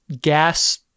gas